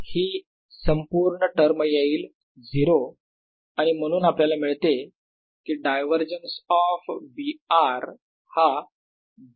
हि संपूर्ण टर्म येईल 0 आणि म्हणून आपल्याला मिळते की डायवरजन्स ऑफ B r हा 0 आहे